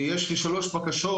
ויש לי שלוש בקשות,